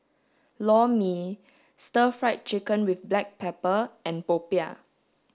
lor mee stir fried chicken with black pepper and popiah